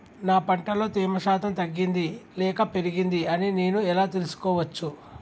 నా పంట లో తేమ శాతం తగ్గింది లేక పెరిగింది అని నేను ఎలా తెలుసుకోవచ్చు?